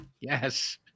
Yes